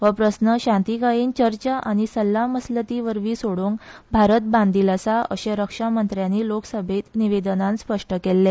हो प्रस्न शांतीकायेन चर्चा आनी सल्लामसलतीवरवी सोडोवंक भारत बांधिल आसा अशें रक्षामंत्र्यानी लोकसभेंत निवेदनात स्पष्ट केल्ले